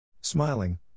Smiling